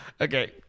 Okay